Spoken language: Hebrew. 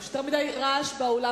יש יותר מדי רעש באולם.